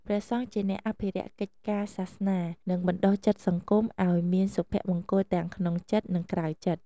ព្រះសង្ឃជាអ្នកអភិរក្សកិច្ចការសាសនា និងបណ្តុះចិត្តសង្គមឲ្យមានសុភមង្គលទាំងក្នុងចិត្ត និងក្រៅចិត្ត។